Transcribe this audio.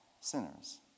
sinners